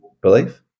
belief